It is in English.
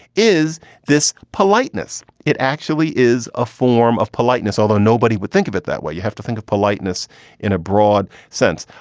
is this politeness? it actually is a form of politeness, although nobody would think of it that way. you have to think of politeness in a broad sense.